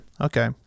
Okay